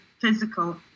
physical